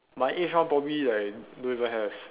my age one probably like don't even have